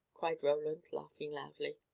cried roland, laughing loudly.